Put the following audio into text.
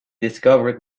discovered